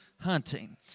hunting